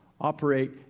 operate